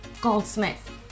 Goldsmith